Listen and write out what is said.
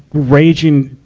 raging,